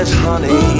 Honey